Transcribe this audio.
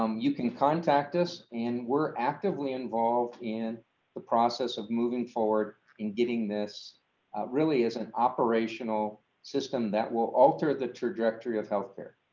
um you can contact us and we're actively involved in the process of moving forward in getting this really isn't operational system that will alter the trajectory of healthcare.